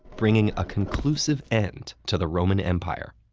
bringing a conclusive end to the roman empire.